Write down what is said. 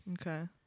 okay